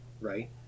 right